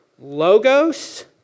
Logos